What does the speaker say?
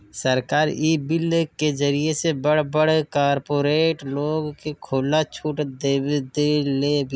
सरकार इ बिल के जरिए से बड़ बड़ कार्पोरेट लोग के खुला छुट देदेले बिया